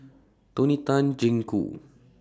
Tony Tan Jeng Koo